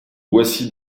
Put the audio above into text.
boissy